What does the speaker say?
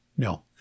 No